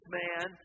man